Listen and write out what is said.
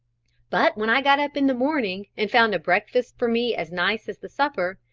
but when i got up in the morning, and found a breakfast for me as nice as the supper,